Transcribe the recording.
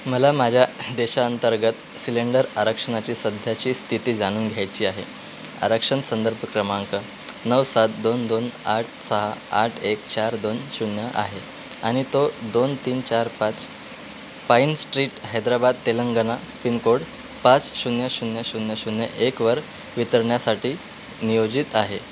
मला माझ्या देशाअंतर्गत सिलेंडर आरक्षणाची सध्याची स्थिती जाणून घ्यायची आहे आरक्षण संदर्भ क्रमांक नऊ सात दोन दोन आठ सहा आठ एक चार दोन शून्य आहे आणि तो दोन तीन चार पाच pine street Hyderabad Telangana pin code पाच शून्य शून्य शून्य शून्य एकवर वितरणासाठी नियोजित आहे